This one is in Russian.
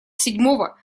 седьмого